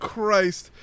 Christ